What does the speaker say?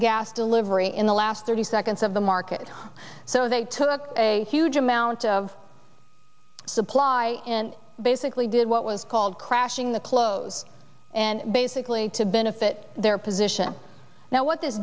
gas delivery in the last thirty seconds of the market so they took a huge amount of supply and basically did what was called crashing the clothes and basically to benefit their position now what